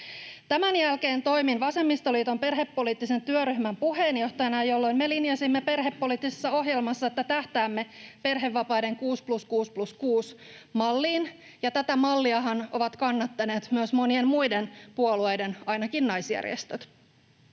Tämän jälkeen toimin vasemmistoliiton perhepoliittisen työryhmän puheenjohtajana, jolloin me linjasimme perhepoliittisessa ohjelmassa, että tähtäämme perhevapaiden 6+6+6-malliin, ja tätä malliahan ovat kannattaneet myös monien muiden puolueiden ainakin naisjärjestöt.